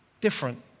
different